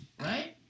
Right